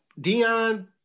Deion